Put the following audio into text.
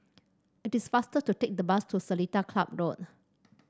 it is faster to take the bus to Seletar Club Road